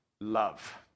love